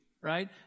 right